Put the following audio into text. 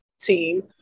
team